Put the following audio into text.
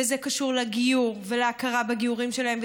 וזה קשור לגיור ולהכרה בגיורים שלהם,